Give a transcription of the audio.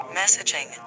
messaging